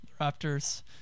Raptors